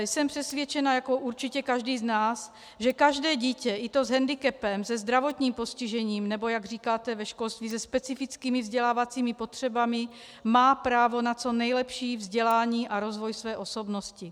Jsem přesvědčena jako určitě každý z nás, že každé dítě, i to s hendikepem, se zdravotním postižením, nebo jak říkáte ve školství se specifickými vzdělávacími potřebami, má právo na co nejlepší vzdělání a rozvoj své osobnosti.